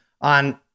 on